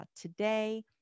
today